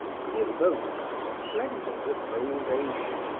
he evokes the splendors of old asia,